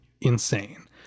insane